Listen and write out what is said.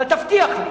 אבל תבטיח לי